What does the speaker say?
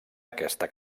aquesta